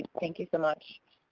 thank you so much.